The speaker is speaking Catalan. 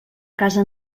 casa